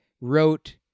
wrote